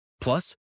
Plus